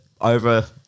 over